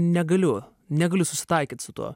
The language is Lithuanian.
negaliu negaliu susitaikyt su tuo